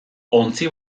ontzi